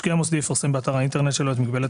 משקיע מוסדי יפרסם באתר האינטרנט שלו את מגבלת